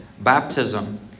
Baptism